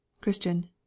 Christian